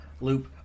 loop